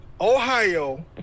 Ohio